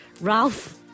Ralph